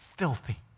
filthy